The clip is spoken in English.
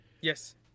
Yes